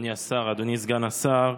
אדוני השר, אדוני סגן השר,